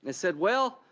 and said well,